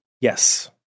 Yes